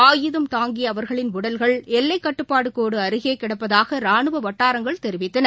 ஆயுதம் தாங்கியஅவா்களின் உடல்கள் எல்லைக்கட்டுப்பாடுகோடுஅருகேகிடப்பதாகராணுவவட்டாரங்கள் தெரிவித்தன